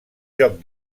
joc